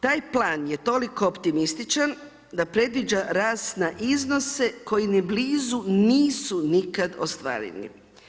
Taj plan je toliko optimističan da predviđa rast na iznose koji ni blizu nisu nikad ostvarivi.